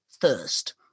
thirst